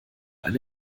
eine